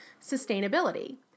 sustainability